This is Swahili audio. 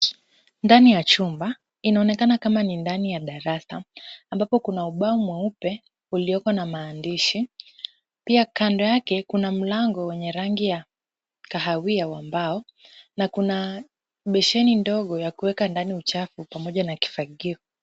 Ndani ya chumba. Inaonekana kama ni ndani ya darasa ambapo kuna ubao mweupe ulioko na maandishi. Pia kando yake kuna mlango wenye rangi ya kahawia wa mbao na kuna besheni ndogo ya kuweka ndani uchafu pamoja na kifagio.